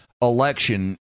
election